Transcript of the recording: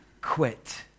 quit